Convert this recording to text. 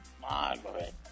Margaret